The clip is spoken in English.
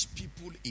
people